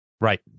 Right